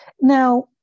Now